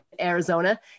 arizona